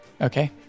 Okay